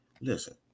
Listen